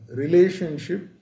relationship